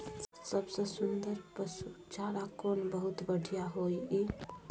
सबसे सुन्दर पसु चारा कोन बहुत बढियां होय इ?